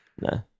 No